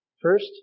First